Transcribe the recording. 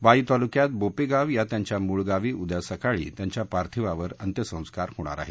वाई तालुक्यात बोपेगाव या त्यांच्या मूळगावी उद्या सकाळी त्यांच्या पार्थिवावर अंत्यसंस्कार होणार आहेत